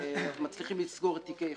ומצליחים לסגור תיקי איחוד,